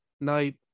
night